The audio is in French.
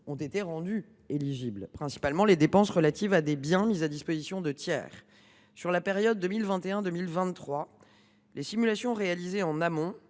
ont été rendues éligibles ; je pense principalement aux dépenses relatives à des biens mis à disposition de tiers. Sur la période 2021 2023, les simulations réalisées en amont